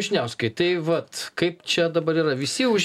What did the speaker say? vyšniauskai tai vat kaip čia dabar yra visi už